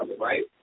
Right